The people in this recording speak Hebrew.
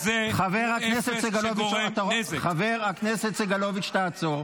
ג'דיידה-מכר --- חבר הכנסת סגלוביץ', עצור.